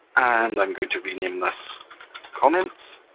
and i'm going to rename this comments